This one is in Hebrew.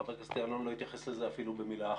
חבר הכנסת יעלון לא התייחס לזה אפילו במילה אחת.